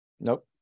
Nope